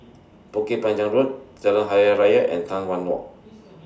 Bukit Panjang Road Jalan Hari Raya and Tai Hwan Walk